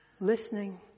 Listening